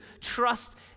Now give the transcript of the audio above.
trust